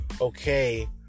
okay